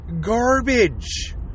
garbage